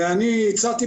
בעבר הצעתי,